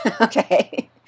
Okay